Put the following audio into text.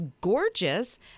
gorgeous